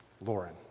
Lauren